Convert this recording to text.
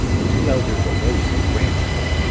the two elders arose, and ran to her,